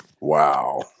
Wow